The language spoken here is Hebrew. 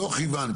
הדוח, הבנתי.